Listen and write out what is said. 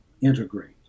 integrate